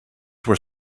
were